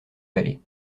vallée